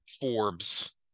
Forbes